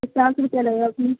پچاس روپیہ لگ گ آ اپنی